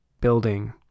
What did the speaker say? building